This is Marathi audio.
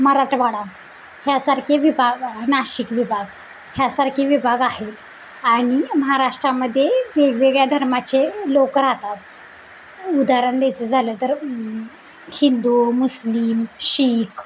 मराठवाडा ह्यासारखे विभाग नाशिक विभाग ह्यासारखे विभाग आहेत आणि महाराष्ट्रामध्ये वेगवेगळ्या धर्माचे लोक राहतात उदाहरण द्यायचं झालं तर हिंदू मुस्लिम शिख